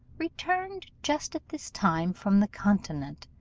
returned just at this time from the continent,